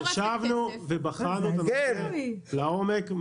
בחנו את הדברים לעומק.